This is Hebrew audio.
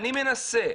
אני מנסה,